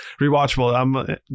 rewatchable